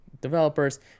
developers